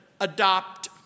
adopt